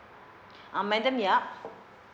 ah madam yap